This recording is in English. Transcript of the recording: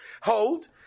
Hold